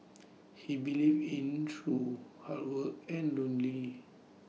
he believes in truth hard work and lonely